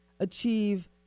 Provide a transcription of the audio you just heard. achieve